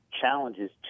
challenges